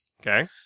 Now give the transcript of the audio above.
Okay